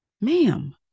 ma'am